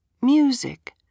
music